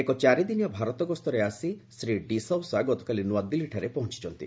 ଏକ ଚାରି ଦିନିଆ ଭାରତ ଗସ୍ତରେ ଆସି ଶ୍ରୀ ଡି ସାଉସା ଗତକାଲି ନୂଆଦିଲ୍ଲୀଠାରେ ପହଞ୍ଚିଚନ୍ତି